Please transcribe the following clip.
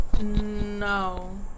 no